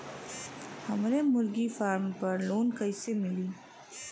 हमरे मुर्गी फार्म पर लोन कइसे मिली?